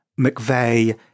McVeigh